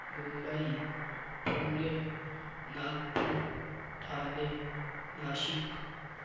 Mumbai Pune Nagpur Thane Nashik